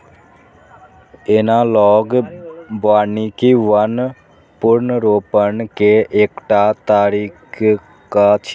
analogue वानिकी वन पुनर्रोपण के एकटा तरीका छियै